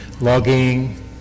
logging